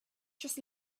just